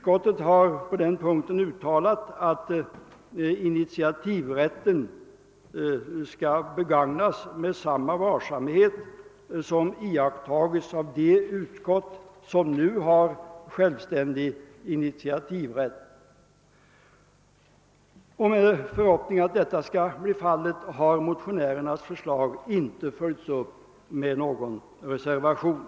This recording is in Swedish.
Kon stitutionsutskottet förutsätter att initiativrätten skall begagnas med samma varsamhet som iakttagits av de utskott som nu har självständig initiativrätt. I förhoppning om att detta skall bli fallet har motionärernas förslag inte följts upp med någon reservation.